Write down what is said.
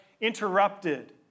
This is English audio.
interrupted